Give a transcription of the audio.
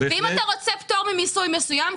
ואם אתה רוצה פטור ממיסוי מסוים,